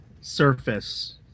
surface